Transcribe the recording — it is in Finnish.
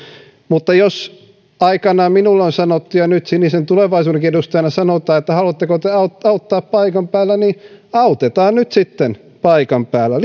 mutta jos aikanaan minulle on sanottu ja nyt sinisen tulevaisuudenkin edustajana sanotaan että haluatteko te auttaa auttaa paikan päällä niin autetaan nyt sitten paikan päällä